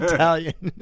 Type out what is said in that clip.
Italian